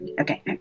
Okay